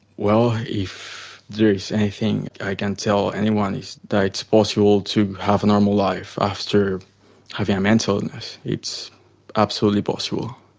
well if there's anything i can tell anyone it's that it's possible to have a normal life after having a mental illness. it's absolutely possible.